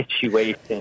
situation